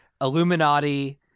Illuminati